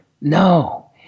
No